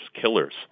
killers